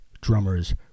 drummers